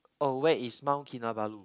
oh where is Mount Kinabalu